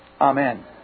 Amen